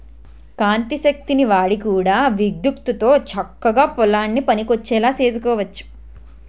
కాంతి శక్తిని వాడి కూడా విద్యుత్తుతో చక్కగా పొలానికి పనికొచ్చేలా సేసుకోవచ్చు